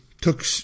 Took